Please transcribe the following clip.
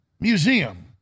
Museum